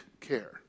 care